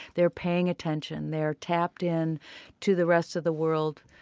they're paying attention. they're tapped in to the rest of the world